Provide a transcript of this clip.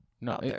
No